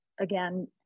Again